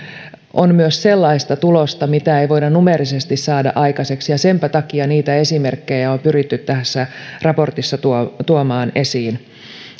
on myös sellaista tulosta mitä ei voida numeerisesti saada aikaiseksi ja senpä takia niitä esimerkkejä on pyritty tässä raportissa tuomaan